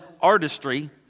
artistry